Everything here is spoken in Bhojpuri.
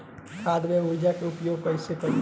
खाद व उर्वरक के उपयोग कइसे करी?